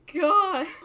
God